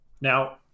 Now